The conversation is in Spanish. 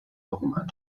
hoffmann